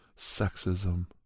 sexism